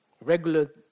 Regular